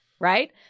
Right